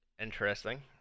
Interesting